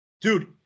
dude